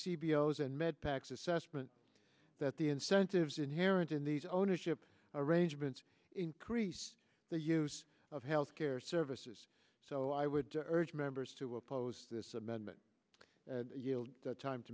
b s and med pac's assessment that the incentives inherent in these ownership arrangements increase the use of health care services so i would urge members to oppose this amendment time to